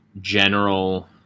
general